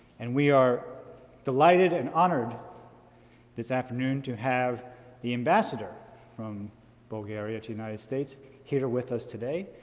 and we are delighted and honored this afternoon to have the ambassador from bulgaria to united states here with us today.